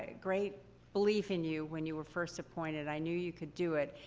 ah great belief in you when you were first appointed. i knew you could do it.